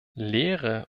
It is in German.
leere